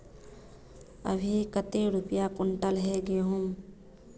अभी कते रुपया कुंटल है गहुम?